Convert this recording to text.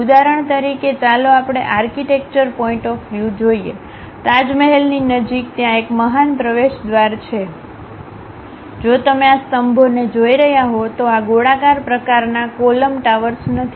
ઉદાહરણ તરીકે ચાલો આપણે આર્કિટેક્ચર પોઇન્ટ ઓફ વ્યુ જોઈએ તાજમહલની નજીક ત્યાં એક મહાન પ્રવેશદ્વાર છે જો તમે આ સ્તંભોને જોઈ રહ્યા હો તો આ ગોળાકાર પ્રકારના કોલમ ટાવર્સ નથી